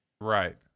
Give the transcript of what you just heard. right